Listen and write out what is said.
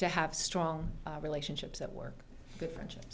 to have strong relationships at work good friendship